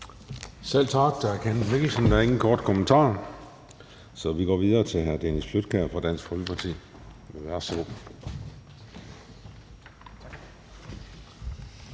Selv tak til hr. Kenneth Mikkelsen. Der er ingen korte bemærkninger, så vi går videre til hr. Dennis Flydtkjær fra Dansk Folkeparti. Værsgo.